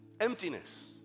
Emptiness